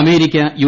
America U